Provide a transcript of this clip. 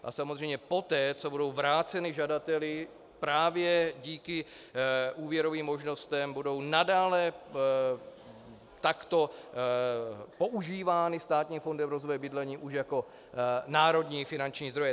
A samozřejmě poté co budou vráceny žadateli právě díky úvěrovým možnostem, budou nadále takto používány Státním fondem rozvoje bydlení už jako národní finanční zdroje.